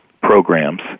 programs